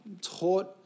taught